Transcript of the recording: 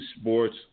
sports